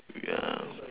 ya